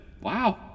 Wow